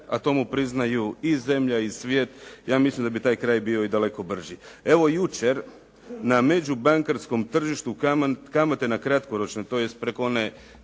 a to mu priznaju i zemlja i svijet ja mislim da bi taj kraj bio i daleko brži. Evo, jučer na međubankarskom tržištu kamate na kratkoročne tj. one prekonoćne